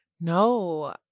No